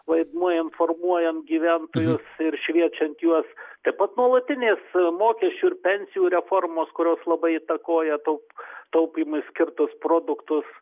vaidmuo informuojant gyventojus ir šviečiant juos taip pat nuolatinės mokesčių ir pensijų reformos kurios labai įtakoja taup taupymui skirtus produktus